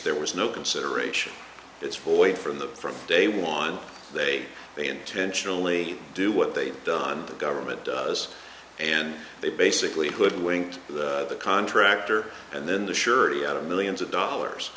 there was no consideration it's void from the from day one they they intentionally do what they've done the government does and they basically hoodwinked the contractor and then the surety out of millions of dollars